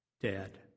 dead